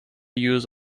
use